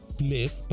place